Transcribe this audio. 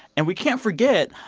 and we can't forget,